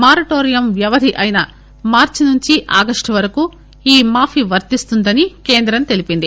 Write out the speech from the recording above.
moratorium వ్యవధి అయిన మార్సి నుంచి ఆగస్టు వరకు ఈ మాఫీ వర్తిస్తుందని కేంద్రం తెలిపింది